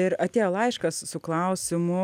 ir atėjo laiškas su klausimu